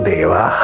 Deva